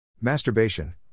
Masturbation